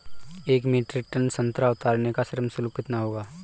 एक metric ton संतरा उतारने का श्रम शुल्क कितना होगा?